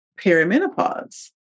perimenopause